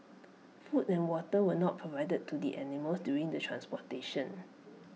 food and water were not provided to the animals during the transportation